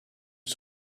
are